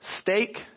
steak